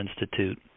institute